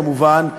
כמובן,